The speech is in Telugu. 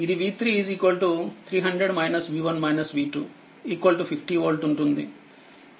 ఇదిv3300 v1 v2 50 వోల్ట్ ఉంటుంది